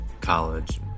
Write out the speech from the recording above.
college